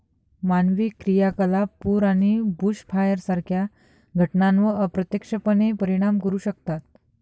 मानवी क्रियाकलाप पूर आणि बुशफायर सारख्या घटनांवर अप्रत्यक्षपणे परिणाम करू शकतात